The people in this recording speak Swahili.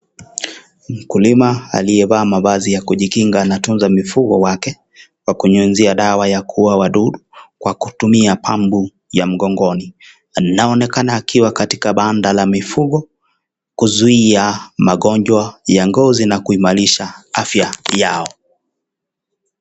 Mkulima aliyevaa mavazi ya kujikinga analinda mifugo yake ya kunyunyuzia wadudu kwa kutumia pamba ya mgongonianaonekana akiwa katika banda la mifugo kuzuia magonjwa ya ngozi na kuimarisha afya yao.